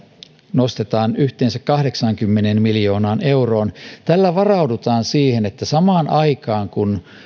nostetaan yhteensä kahdeksaankymmeneen miljoonaan euroon tällä varaudutaan siihen että samaan aikaan kun